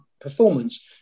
performance